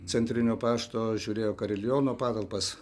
centrinio pašto žiūrėjo kariliono patalpas